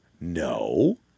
No